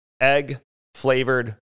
Egg-flavored